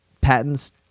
patents